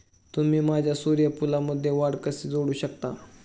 तुम्ही माझ्या सूर्यफूलमध्ये वाढ कसे जोडू शकता?